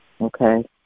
Okay